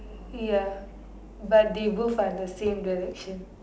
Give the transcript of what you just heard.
ya but they both are the same direction